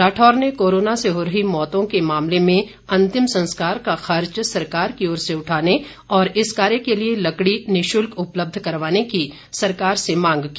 राठौर ने कोरोना से हो रही मौंतों के मामले में अंतिम संस्कार का खर्च सरकार की ओर से उठाने और इस कार्य के लिए लकड़ी निशुल्क उपलब्ध करवाने की सरकार से मांग की